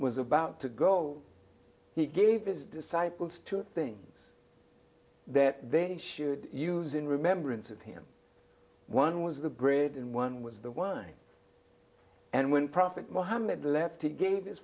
was about to go he gave his disciples two things that they should use in remembrance of him one was the bread and one was the wine and when prophet mohammed left again his